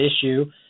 issue